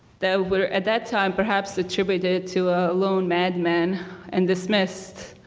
that were at that time perhaps attributed to lone madman and dismissed.